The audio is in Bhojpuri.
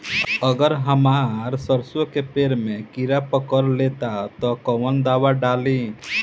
अगर हमार सरसो के पेड़ में किड़ा पकड़ ले ता तऽ कवन दावा डालि?